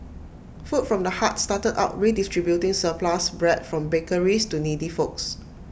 food from the heart started out redistributing surplus bread from bakeries to needy folks